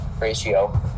ratio